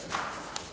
Hvala.